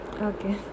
Okay